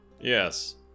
Yes